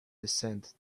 descended